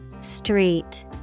street